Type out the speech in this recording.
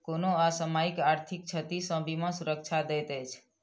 कोनो असामयिक आर्थिक क्षति सॅ बीमा सुरक्षा दैत अछि